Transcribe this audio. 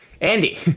andy